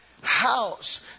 House